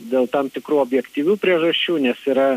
dėl tam tikrų objektyvių priežasčių nes yra